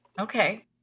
Okay